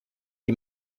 die